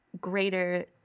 greater